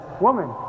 Woman